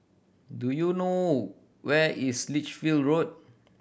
do you know where is Lichfield Road